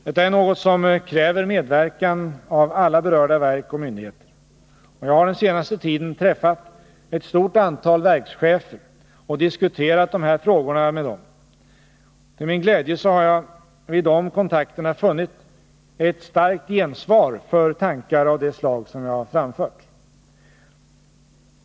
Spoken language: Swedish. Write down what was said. Detta är något som kräver medverkan av alla berörda verk och myndigheter. Jag har den senaste tiden träffat ett stort antal verkschefer och diskuterat de här frågorna med dem. Till min glädje har jag vid de kontakterna funnit ett starkt gensvar för tankar av det slag jag framfört.